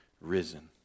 risen